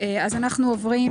אנחנו עוברים